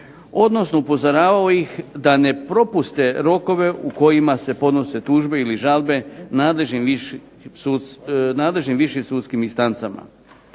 odnosno upozoravao ih da ne propuste rokove u kojima se podnose tužbe ili žalbe nadležnim višim sudskim instancama.